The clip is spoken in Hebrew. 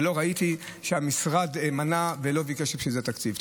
ולא ראיתי שהמשרד מנע ולא ביקש בשביל זה תקציב.